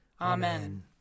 Amen